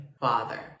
Father